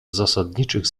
zasadniczych